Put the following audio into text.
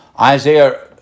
Isaiah